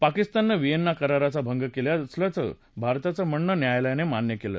पाकिस्ताननं व्हिएन्ना कराराचा भंग केला असल्याचं भारताचं म्हणणं न्यायालयानं मान्य केलं